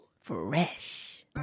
Fresh